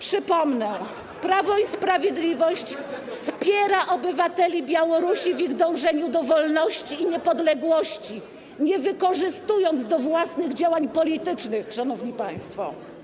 Przypomnę: Prawo i Sprawiedliwość wspiera obywateli Białorusi w ich dążeniu do wolności i niepodległości, nie wykorzystując do własnych działań politycznych, szanowni państwo.